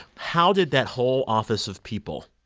how did that whole office of people.